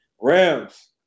Rams